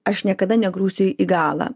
aš niekada negrūsiu į galą